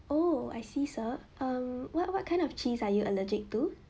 oh I see sir um what what kind of cheese are you allergic to